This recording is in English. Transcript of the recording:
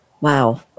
wow